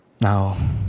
Now